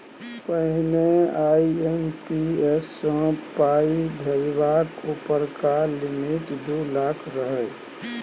पहिने आइ.एम.पी.एस सँ पाइ भेजबाक उपरका लिमिट दु लाख रहय